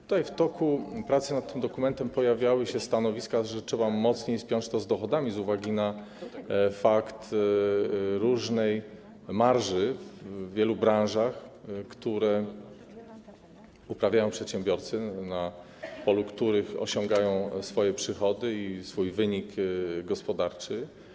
Tutaj w toku pracy nad tym dokumentem pojawiały się stanowiska, że trzeba mocniej spiąć to z dochodami z uwagi na fakt różnej marży w wielu branżach, w których uprawiają działalność przedsiębiorcy, na polu których osiągają swoje przychody i swój wynik gospodarczy.